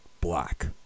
black